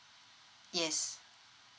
yes